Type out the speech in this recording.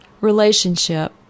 relationship